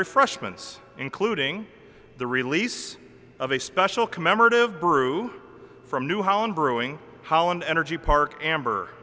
refreshments including the release of a special commemorative brew from new holland brewing how an energy park amber